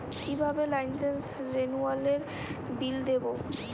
কিভাবে লাইসেন্স রেনুয়ালের বিল দেবো?